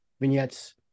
vignettes